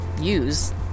use